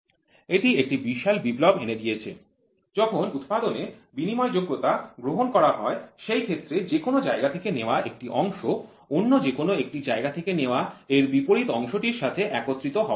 এটি একটি বিশাল বিপ্লব এনে দিয়েছে যখন উৎপাদনে বিনিময়যোগ্যতা গ্রহণ করা হয় সেই ক্ষেত্রে যেকোনো জায়গা থেকে নেওয়া একটি অংশ অন্য যেকোনো একটি জায়গা থেকে নেওয়া এর বিপরীত অংশটির সাথে একত্রিত হওয়া উচিত